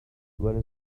when